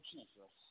Jesus